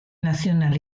nazional